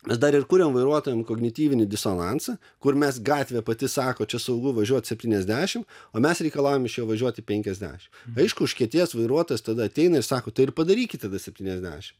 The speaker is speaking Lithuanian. mes dar ir kuriam vairuotojam kognityvinį disonansą kur mes gatvė pati sako čia saugu važiuot septyniasdešimt o mes reikalaujam iš jo važiuoti penkiasdešimt aišku užkietėjęs vairuotojas tada ateina ir sako tai ir padarykit tada septyniasdešimt